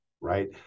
right